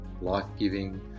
life-giving